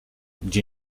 gdzie